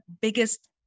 biggest